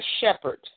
shepherd